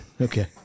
Okay